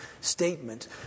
statement